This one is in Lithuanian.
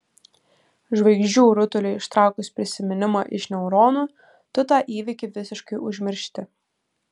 žvaigždžių rutuliui ištraukus prisiminimą iš neuronų tu tą įvykį visiškai užmiršti